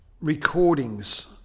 recordings